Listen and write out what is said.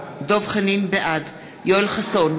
בעד יואל חסון,